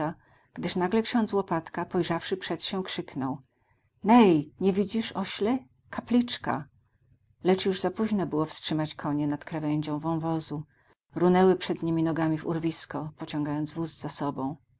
gdyż nagle ksiądz łopatka pojrzawszy przed się krzyknął ney nie widzisz ośle kapliczka lecz już zapóźno było wstrzymać konie nad krawędzią wąwozu runęły przednimi nogami w urwisko pociągając wóz za sobą